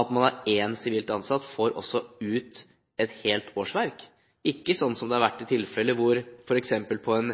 at hver sivilt ansatt har et helt årsverk, og da skal ikke, slik det har vært f.eks. på en